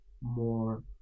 more